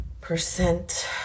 Percent